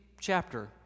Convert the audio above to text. chapter